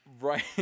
Right